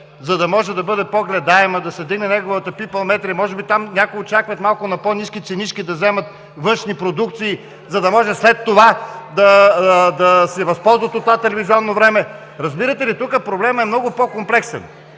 за да може да бъде по-гледаема, да се вдигне неговата пийпълметрия, може би някои там очакват на малко по-ниски ценички да вземат външни продукции, за да може след това да се възползват от това телевизионно време? Разбирате ли, тук проблемът е много по-комплексен.